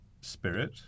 spirit